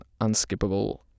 unskippable